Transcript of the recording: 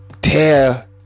tear